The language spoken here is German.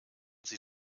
sie